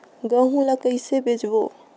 गहूं ला कइसे बेचबो?